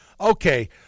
Okay